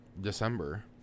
December